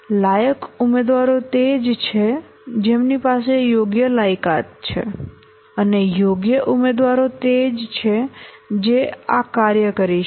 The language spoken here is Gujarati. લાયક ઉમેદવારો તે જ છે જેમની પાસે યોગ્ય લાયકાત છે અને યોગ્ય ઉમેદવારો તે જ છે જે આ કાર્ય કરી શકે